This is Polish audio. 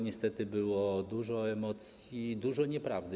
Niestety, było dużo emocji, dużo nieprawdy.